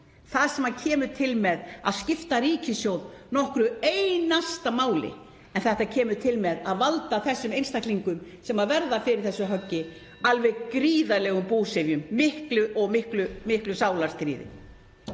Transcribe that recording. það sem kemur til með að skipta ríkissjóð nokkru einasta máli. En þetta kemur til með að valda þessum einstaklingum sem verða fyrir þessu höggi alveg gríðarlegum búsifjum og miklu sálarstríði.